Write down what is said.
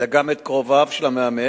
אלא גם את קרוביו של המאמץ,